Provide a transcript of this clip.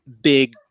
big